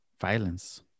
violence